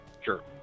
Sure